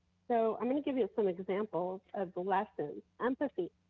so i'm gonna give you some examples of the lessons. empathy.